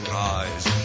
rise